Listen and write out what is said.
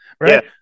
Right